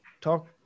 talk